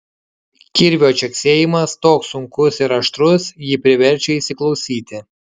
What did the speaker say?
kirvio čeksėjimas toks sunkus ir aštrus jį priverčia įsiklausyti